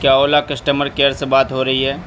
کیا Ola customer care سے بات ہو رہی ہے